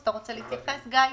אתה רוצה להתייחס, גיא?